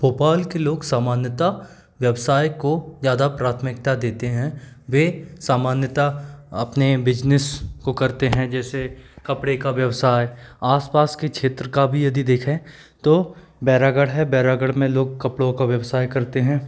भोपाल के लोग सामान्यता व्यवसाय को ज़्यादा प्राथमिकता देते हैं वे सामान्यता अपने बिजनेस को करते हैं जैसे कपड़े का व्यवसाय आस पास के क्षेत्र का भी यदि देखें तो बैरागढ़ है बैरागढ़ में लोग कपड़ों का व्यवसाय करते हैं